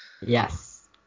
Yes